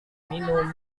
minum